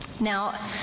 Now